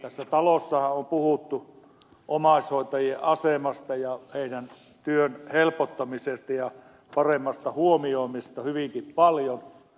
tässä talossahan on puhuttu omaishoitajien asemasta ja heidän työnsä helpottamisesta ja paremmasta huomioimisesta hyvinkin paljon